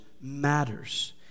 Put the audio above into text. matters